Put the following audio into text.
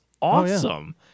awesome